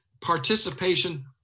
participation